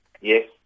Yes